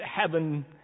heaven